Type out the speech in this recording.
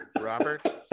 robert